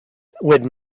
would